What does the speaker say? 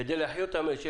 כדי להחיות את המשק,